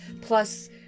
Plus